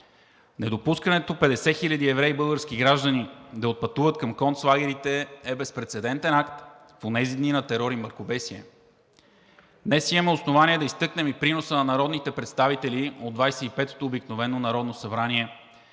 Недопускането 50 хиляди евреи – български граждани, да отпътуват към концлагерите, е безпрецедентен акт в онези дни на терор и мракобесие. Днес имаме основание да изтъкнем и приноса на народните представители от 25-ото обикновено народно събрание,